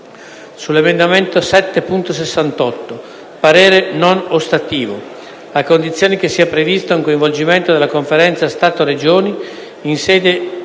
sull’emendamento 7.68 parere non ostativo, a condizione che sia previsto un coinvolgimento della Conferenza Stato-Regioni, in sede